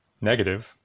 negative